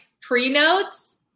pre-notes